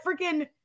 freaking